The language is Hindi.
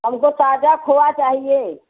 हमको ताजा खोवा चाहिए